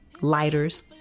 lighters